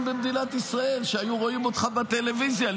במדינת ישראל שהיו רואים אותך בטלוויזיה,